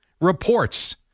Reports